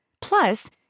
Plus